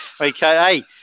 Okay